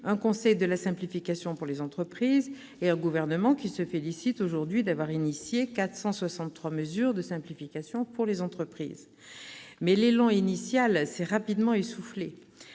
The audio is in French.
un conseil de la simplification pour les entreprises et un gouvernement qui se félicite d'avoir initié 463 mesures de simplification. Toutefois, l'élan initial s'est rapidement essoufflé.